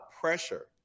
pressure